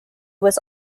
was